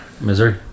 Missouri